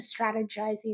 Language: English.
strategizing